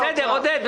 בסדר, עודד.